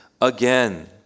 again